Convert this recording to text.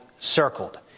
circled